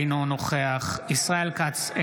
אינו נוכח ישראל כץ,